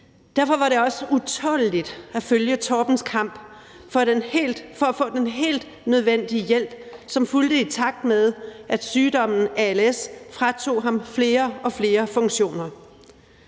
Derfor var det også utåleligt at følge Torbens kamp for at få den helt nødvendige hjælp, som fulgte med, i takt med at sygdommen als fratog ham flere og flere funktioner.